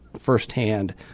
firsthand